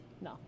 No